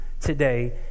today